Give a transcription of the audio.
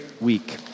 week